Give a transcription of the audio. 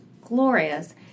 glorious